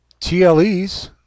TLEs